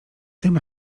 tym